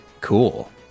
Cool